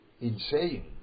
insane